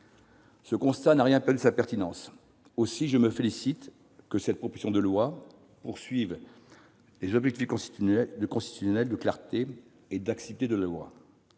Ce constat n'a rien perdu de sa pertinence. Aussi, je me félicite que cette proposition de loi vise les objectifs constitutionnels de clarté et d'accessibilité de la loi.